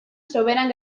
soberan